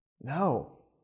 No